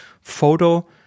photo